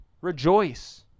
rejoice